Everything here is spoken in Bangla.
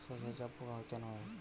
সর্ষায় জাবপোকা কেন হয়?